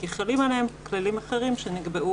כי חלים עליהם כללים אחרים שנקבעו